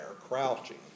crouching